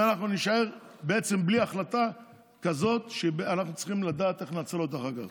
ואנחנו נישאר בלי החלטה כזאת שאנחנו צריכים לדעת איך לנצל אותה אחר כך.